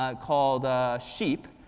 ah called sheep.